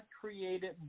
created